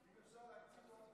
אם אפשר להקציב לו,